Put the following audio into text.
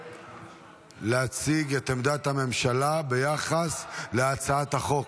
להציג את עמדת הממשלה ביחס להצעת החוק.